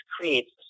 creates